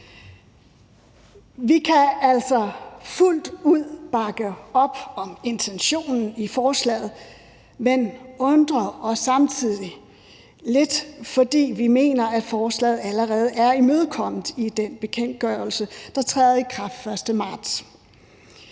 Vi kan altså fuldt ud bakke op om intentionen i forslaget, men undrer os samtidig lidt, fordi vi mener, at forslaget allerede er imødekommet i den bekendtgørelse, der træder i kraft den 1. marts.